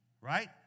Right